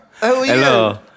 Hello